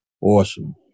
awesome